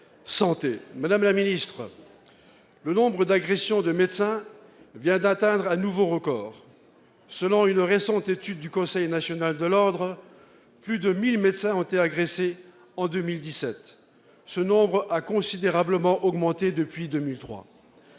de la santé. Le nombre d'agressions de médecins vient d'atteindre un nouveau record. Selon une récente étude du conseil national de l'ordre, plus de 1 000 médecins ont été agressés en 2017. Ce nombre a considérablement augmenté depuis 2003.